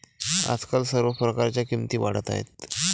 आजकाल सर्व प्रकारच्या किमती वाढत आहेत